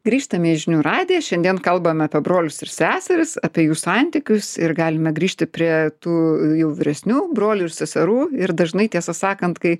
grįžtame į žinių radiją šiandien kalbame apie brolius ir seseris apie jų santykius ir galime grįžti prie tų jau vyresnių brolių ir seserų ir dažnai tiesą sakant kai